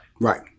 Right